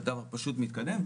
זה פשוט מתקדם,